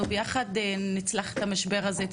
אנחנו נצלח את המשבר הזה ביחד,